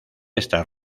estas